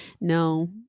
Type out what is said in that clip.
no